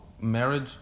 marriage